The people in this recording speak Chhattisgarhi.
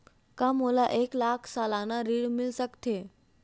का मोला एक लाख सालाना ऋण मिल सकथे?